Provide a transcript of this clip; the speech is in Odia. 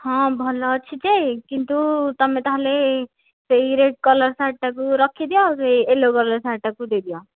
ହଁ ଭଲ ଅଛି ଯେ କିନ୍ତୁ ତୁମେ ତା'ହେଲେ ସେଇ ରେଡ୍ କଲର୍ ସାର୍ଟଟାକୁ ରଖିଦିଅ ସେଇ ୟେଲୋ କଲର୍ ସାର୍ଟଟାକୁ ଦେଇଦିଅ